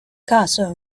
casa